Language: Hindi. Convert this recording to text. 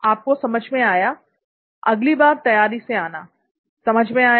आपको समझ में आया अगली बार तैयारी से आना समझ में आया